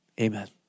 Amen